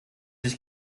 sich